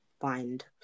find